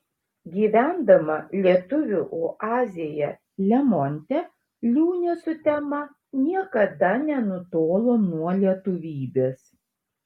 gyvendama lietuvių oazėje lemonte liūnė sutema niekada nenutolo nuo lietuvybės